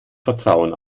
vertrauen